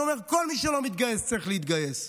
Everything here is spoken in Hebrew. אני אומר: כל מי שלא מתגייס צריך להתגייס.